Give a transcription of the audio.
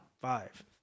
five